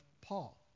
Paul